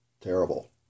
terrible